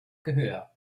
gehör